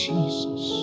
Jesus